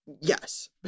Yes